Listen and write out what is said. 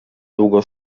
długo